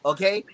Okay